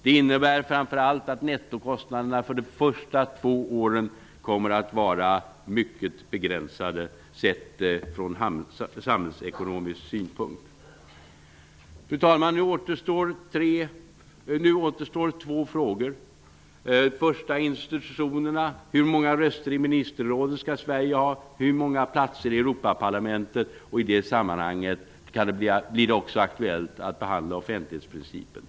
Det innebär framför allt att nettokostnaderna för de första två åren kommer att vara mycket begränsade, sett från samhällsekonomisk synpunkt. Fru talman! Nu återstår två frågor. Den första gäller institutionerna. Hur många röster i ministerrådet skall Sverige ha? Hur många platser i Europaparlamentet? I det sammanhanget blir det också aktuellt att behandla offentlighetsprincipen.